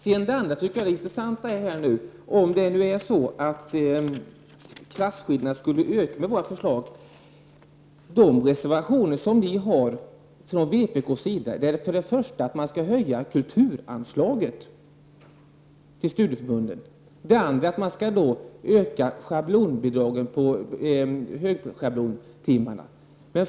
Sedan till påståendet att klasskillnaderna skulle öka om våra förslag ge nomfördes. Vpk:s motioner går för det första ut på att kulturanslaget till studieförbunden skall höjas och för det andra att bidragen beträffande högschablontimmarna ökas.